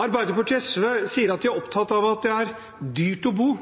Arbeiderpartiet og SV sier at de er opptatt av at det er